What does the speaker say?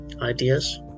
ideas